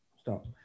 stop